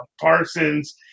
Parsons